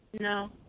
No